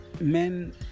men